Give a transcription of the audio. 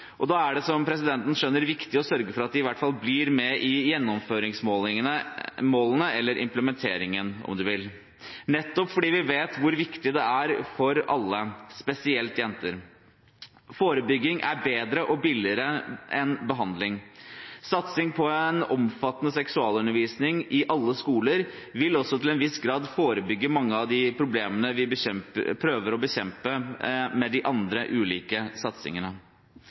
og da er det, som presidenten skjønner, viktig å sørge for at de i hvert fall blir med i gjennomføringsmålene – eller implementeringen, om du vil – nettopp fordi vi vet hvor viktig det er for alle, spesielt jenter. Forebygging er bedre og billigere enn behandling. Satsing på en omfattende seksualundervisning i alle skoler vil også til en viss grad forebygge mange av de problemene vi prøver å bekjempe med de andre ulike satsingene.